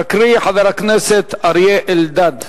יקריא חבר הכנסת אריה אלדד.